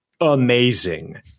amazing